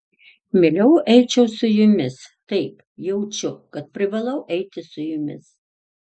mieliau eičiau su jumis taip jaučiu kad privalau eiti su jumis